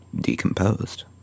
decomposed